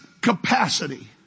capacity